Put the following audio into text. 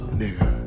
nigga